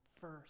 first